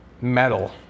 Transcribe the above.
metal